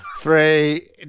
Three